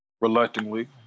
Reluctantly